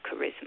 charisma